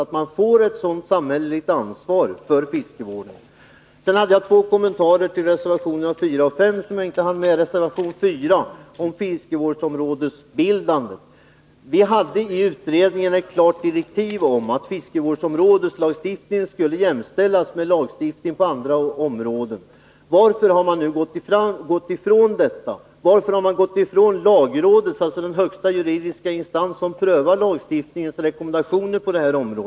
Jag hann inte kommentera reservationerna 4 och 5 i mitt förra inlägg, och jag vill därför kort beröra dem nu. Reservation 4 gäller bildandet av fiskevårdsområden. Fiskevårdsutredningen hade ett klart direktiv att fiskevårdslagstiftningen skulle jämställas med lagstiftningen på andra områden. Varför har man nu gått ifrån detta och varför har man gått ifrån de rekommendationer på det här området som avgivits av lagrådet, den högsta juridiska instans som prövar lagstiftningen?